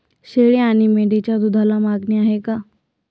शेळी आणि मेंढीच्या दूधाला मागणी आहे का?